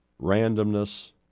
randomness